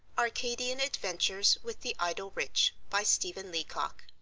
arcadian adventures with the idle rich by stephen leacock,